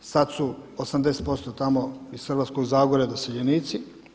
Sad su 80% tamo iz Hrvatskog zagorja doseljenici.